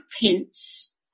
Pence